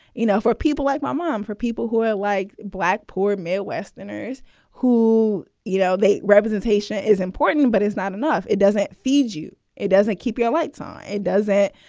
you know, for people like my mom, for people who are like black poor midwesterners who, you know, the representation is important, but it's not enough. it doesn't feed you. it doesn't keep your lights on. it does it,